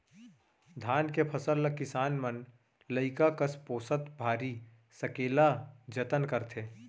धान के फसल ल किसान मन लइका कस पोसत भारी सकेला जतन करथे